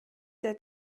der